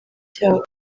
cyabo